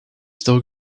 still